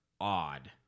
odd